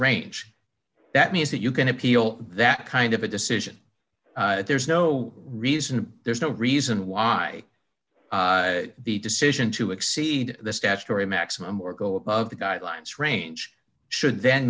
range that means that you can appeal that kind of a decision there's no reason there's no reason why the decision to exceed the statutory maximum or go above the guidelines range should then